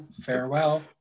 Farewell